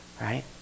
right